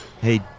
Hey